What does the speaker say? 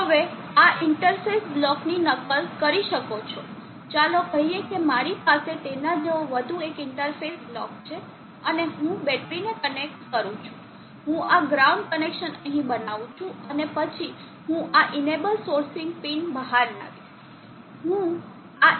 હવે આ interface block ની નકલ કરી શકો છો ચાલો કહીએ કે મારી પાસે તેના જેવો વધુ એક ઇન્ટરફેસ બ્લોક છે અને હું બેટરીને કનેક્ટ કરું છું હું આ ગ્રાઉન્ડ કનેક્શન અહીં બનાવું છું અને પછી હું આ ઇનેબલ સોર્સિંગ પિન બહાર લાવીશ